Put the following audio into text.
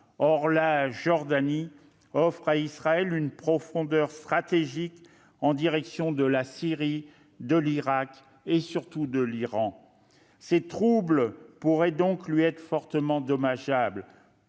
Or la Jordanie offre à Israël une profondeur stratégique en direction de la Syrie, l'Irak et, surtout, l'Iran. Ces troubles pourraient donc lui être fortement dommageables.